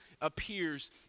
appears